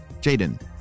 Jaden